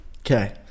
Okay